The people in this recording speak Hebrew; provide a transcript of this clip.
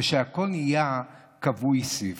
והכול נהיה כבוי סביבך.